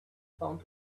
found